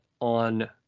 on